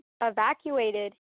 evacuated